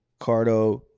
Cardo